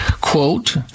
quote